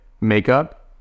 makeup